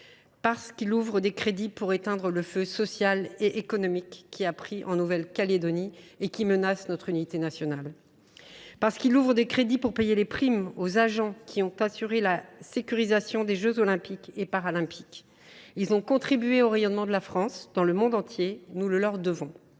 ce texte ouvre des crédits pour éteindre le feu social et économique qui a pris en Nouvelle Calédonie et qui menace l’unité nationale. Ensuite, il ouvre des crédits pour payer les primes promises aux agents qui ont assuré la sécurisation des jeux Olympiques et Paralympiques. Lesdits agents ont contribué au rayonnement de la France dans le monde entier : nous le leur devons.